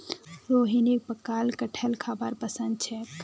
रोहिणीक पकाल कठहल खाबार पसंद छेक